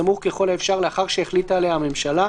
בסמוך ככל האפשר לאחר שהחליטה עליה הממשלה.